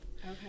Okay